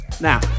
Now